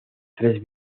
tres